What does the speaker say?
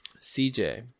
CJ